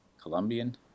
Colombian